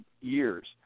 years